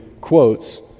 quotes